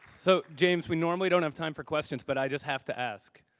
so james, we normally don't have time for questions, but i just have to ask.